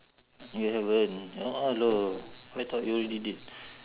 you haven't ya allah I thought you already did